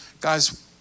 Guys